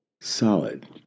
solid